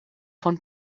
von